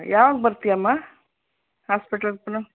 ಯಾವಾಗ ಬರ್ತಿಯಾಮ್ಮ ಹಾಸ್ಪಿಟ್ಲ್ ಹತ್ರ